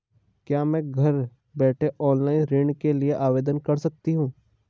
क्या मैं घर बैठे ऑनलाइन ऋण के लिए आवेदन कर सकती हूँ?